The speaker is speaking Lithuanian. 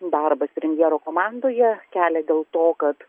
darbas premjero komandoje kelia dėl to kad